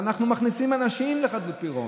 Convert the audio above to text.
ואנחנו מכניסים אנשים לחדלות פירעון,